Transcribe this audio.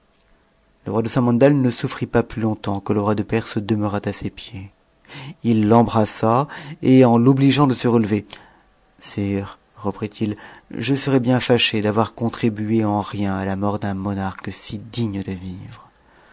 le roi de samandal ne souurit pas plus longtemps que le roi de perse dcmeurâtàses pieds t'embrassa et en l'obligeant de se relever sire reprit it je serais bien lâche d'avoir contribué en rien à la mort d'un monarque si digne de vivre